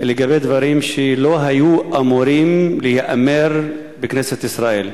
לגבי דברים שלא היו אמורים להיאמר בכנסת ישראל.